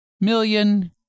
Million